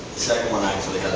second one actually